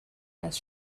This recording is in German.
als